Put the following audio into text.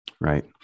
Right